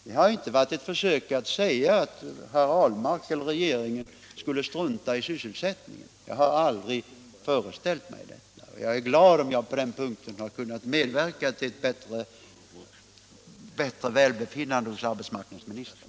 Det har inte varit ett försök att säga att herr Ahlmark eller regeringen i övrigt skulle strunta i sysselsättningen — något sådant har jag aldrig föreställt mig, och jag är glad om jag på den punkten kunnat medverka till ett bättre välbefinnande hos arbetsmarknadsministern.